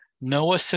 Noah